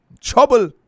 Trouble